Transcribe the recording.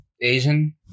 Asian